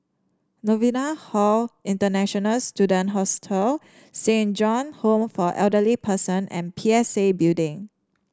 Novena Hall International Students Hostel Saint John's Home for Elderly Persons and P S A Building